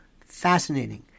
fascinating